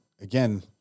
again